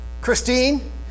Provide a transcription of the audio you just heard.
Christine